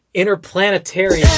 interplanetary